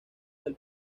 del